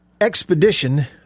expedition